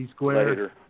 Later